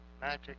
magic